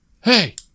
hey